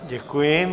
Děkuji.